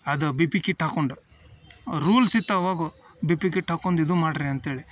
ಅದು B P kit ಹಾಕ್ಕೊಂಡು rules ಇತ್ತು ಆವಾಗ್ಲೂ ಬಿ ಪಿ ಕಿಟ್ ಹಾಕ್ಕೊಂಡು ಇದು ಮಾಡಿರಿ ಅಂಥೇಳಿ